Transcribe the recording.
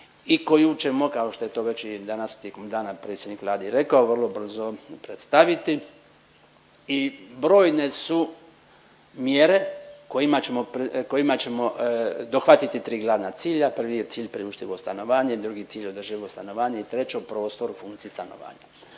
i koju ćemo, kao što je to već i danas tijekom dana predsjednik Vlade i rekao, vrlo brzo predstaviti i brojne su mjere kojima ćemo dohvatiti 3 glavna cilja, prvi je cilj priuštivo stanovanje, drugi cilj održivo stanovanje i treće, prostor u funkciji stanova.